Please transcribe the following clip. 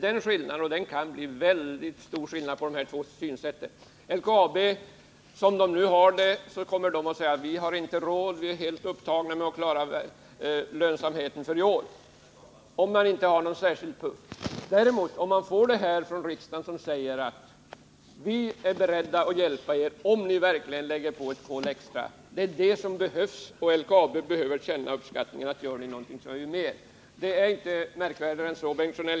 Som LKAB nu har det kommer man, om man inte får en särskild puff, att säga: Vi har inte råd — vi är helt upptagna med att klara lönsamheten för i år. Vad som däremot behövs är ett uttalande från riksdagen att man är beredd att hjälpa till om LKAB lägger på ett extra kol. LKAB måste få känna uppskattning för det man uträttar. Märkvärdigare än så är det inte.